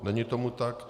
Není tomu tak.